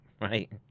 right